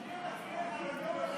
עזבו אתכם מהמשטרה,